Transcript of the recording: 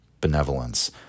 benevolence